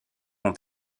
ont